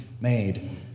made